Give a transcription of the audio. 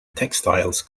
textiles